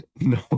No